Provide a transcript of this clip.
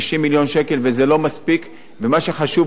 ומה שחשוב, הכסף הזה שייכנס לבסיס התקציב,